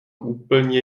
úplně